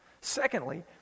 Secondly